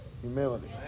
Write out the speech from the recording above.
Humility